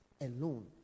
alone